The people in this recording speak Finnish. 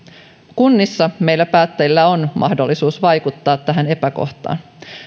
kunnissa meillä päättäjillä on mahdollisuus vaikuttaa tähän epäkohtaan